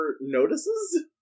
notices